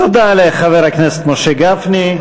תודה לחבר הכנסת משה גפני.